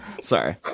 Sorry